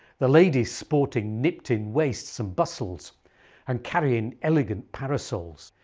the ladies sporting nipped in waists and bustles and carrying elegant parasols.